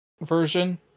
version